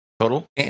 total